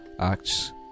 Acts